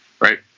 Right